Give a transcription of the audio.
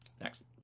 Next